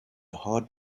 hard